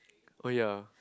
oh ya